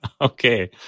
Okay